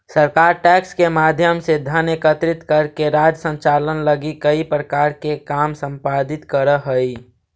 सरकार टैक्स के माध्यम से धन एकत्रित करके राज्य संचालन लगी कई प्रकार के काम संपादित करऽ हई